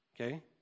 Okay